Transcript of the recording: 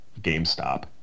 GameStop